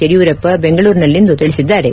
ಯಡಿಯೂರಪ್ಪ ಬೆಂಗಳೂರಿನಲ್ಲಿಂದು ತಿಳಿಸಿದ್ದಾರೆ